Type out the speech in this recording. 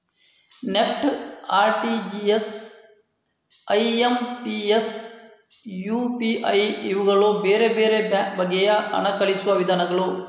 NEFT, RTGS, IMPS, UPI ಇವುಗಳು ಬೇರೆ ಬೇರೆ ಬಗೆಯ ಹಣ ಕಳುಹಿಸುವ ವಿಧಾನಗಳು